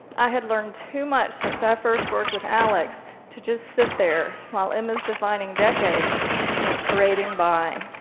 i had learned too much since i first worked with alex to just sit there while emma's defining decade went parading by.